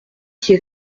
qui